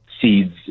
Seeds